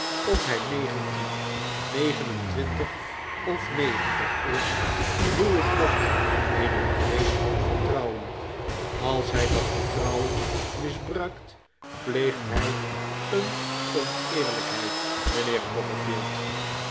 of hij negentien negen en twintig of negentig is doe ik dat in een geest van vertrouwen als hij dat vertrouwen misbruikt pleegt hij een oneerlijkheid mijnheer